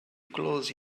close